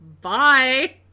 Bye